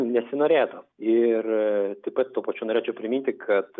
nesinorėtų ir tai pat tuo pačiu norėčiau priminti kad